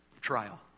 trial